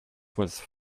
was